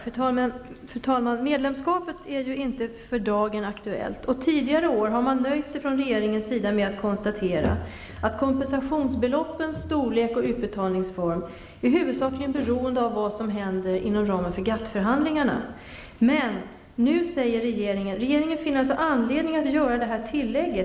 Fru talman! Medlemskapet är ju inte aktuellt för dagen. Tidigare år har regeringen nöjt sig med att konstatera att kompensationsbeloppets storlek och utbetalningsform är huvudsakligen beroende av vad som händer inom ramen för GATT förhandlingarna, men nu finner regeringen anledning att göra detta tillägg.